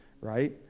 right